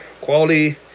quality